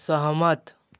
सहमत